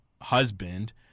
husband